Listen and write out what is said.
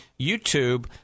YouTube